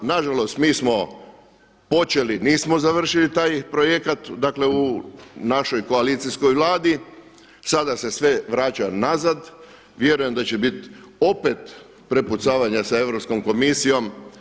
Nažalost, mi smo počeli, nismo završili taj projekat, dakle u našoj koalicijskoj Vladi, sada se sve vraća nazad, vjerujem da će biti opet prepucavanja sa Europskom komisijom.